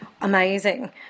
Amazing